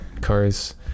cars